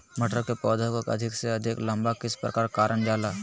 मटर के पौधा को अधिक से अधिक लंबा किस प्रकार कारण जाला?